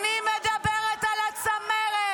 זה הצבא שלנו.